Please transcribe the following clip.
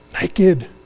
naked